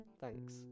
thanks